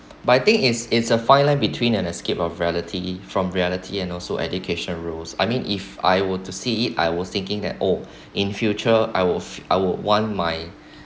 but I think it's it's a fine line between an escape of reality from reality and also education rules I mean if I were to see it I was thinking that oh in future I would f~ I would want my